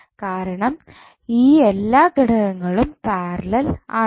കാരണം ഈ എല്ലാ ഘടകങ്ങളും പാരലൽ ആണ്